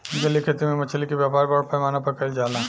जलीय खेती में मछली के व्यापार बड़ पैमाना पर कईल जाला